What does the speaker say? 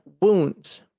wounds